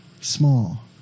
small